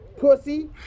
pussy